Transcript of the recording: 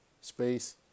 space